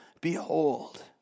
Behold